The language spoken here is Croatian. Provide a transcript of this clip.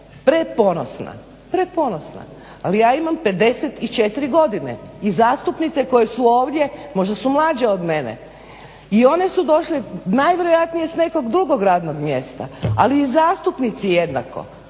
preponosna, preponosna. Ali ja imam 54 godine i zastupnice koje su ovdje možda su mlađe od mene. I one su došle najvjerojatnije s nekog drugog radnog mjesta, ali i zastupnici jednako.